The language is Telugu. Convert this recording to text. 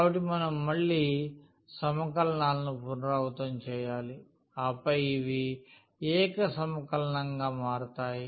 కాబట్టి మనం మళ్ళీ సమకలనాలను పునరావృతం చేయాలి ఆపై ఇవి ఏక సమకలనముగా మారుతాయి